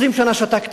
20 שנה שתקתי.